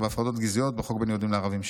לא בהפרדות גזעיות בחוק בין יהודים לערבים.